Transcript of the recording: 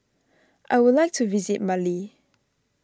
I would like to visit Mali